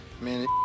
man